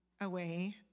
Away